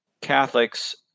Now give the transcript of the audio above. Catholics